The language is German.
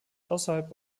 außerhalb